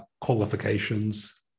qualifications